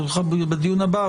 אבל בדיון הבא,